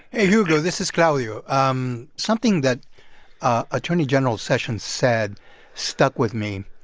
hey, hugo, this is claudio. um something that attorney general sessions said stuck with me.